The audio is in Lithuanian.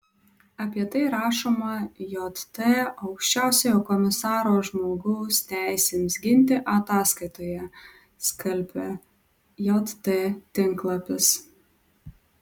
apie tai rašoma jt aukščiausiojo komisaro žmogaus teisėms ginti ataskaitoje skelbia jt tinklapis